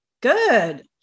Good